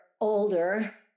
older